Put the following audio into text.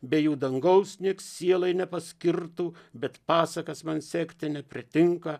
be jų dangaus niekas sielai nepaskirtų bet pasakas man sekti nepritinka